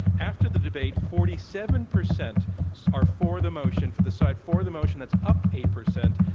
after the debate, forty seven percent are for the motion for the side for the motion. that's up eight percent.